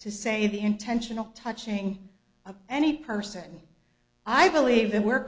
to say the intentional touching of any person i believe that where